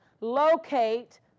locate